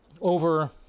over